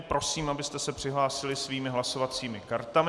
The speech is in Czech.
Prosím, abyste se přihlásili svými hlasovacími kartami.